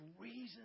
reason